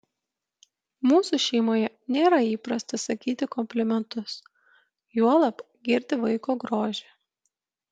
mūsų šeimoje nėra įprasta sakyti komplimentus juolab girti vaiko grožį